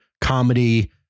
comedy